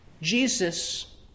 Jesus